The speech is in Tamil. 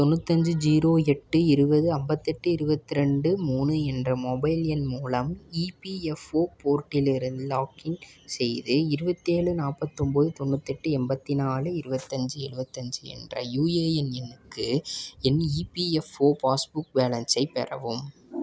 தொண்ணூத்தஞ்சு ஜீரோ எட்டு இருபது ஐம்பத்தெட்டு இருபத்ரெண்டு மூணு என்ற மொபைல் எண் மூலம் இபிஎஃப்ஓ போர்ட்டலிருந்து லாக்இன் செய்து இருவத்தேழு நாற்பத்தொம்போது தொண்ணூற்றெட்டு எண்பத்தி நாலு இருபத்தஞ்சி எழுவத்தஞ்சி என்ற யுஏஎன் எண்ணுக்கு என் இபிஎஃப்ஓ பாஸ்புக் பேலன்ஸை பெறவும்